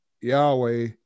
Yahweh